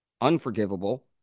unforgivable